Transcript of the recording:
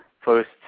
first